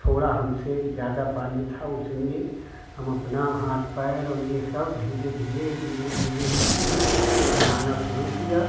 थोड़ा हमसे ज़्यादा पानी था उसमें हम अपना हाथ पैर यह सब धीरे धीरे धीरे धीरे करके चलाना शुरू किया